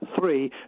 three